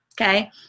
Okay